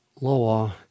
lower